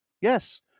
Yes